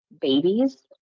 babies